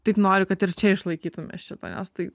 tik noriu kad ir čia išlaikytume šitą nes tai